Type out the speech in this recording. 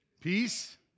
Peace